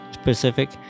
Specific